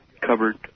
covered